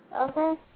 Okay